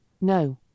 no